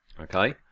Okay